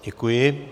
Děkuji.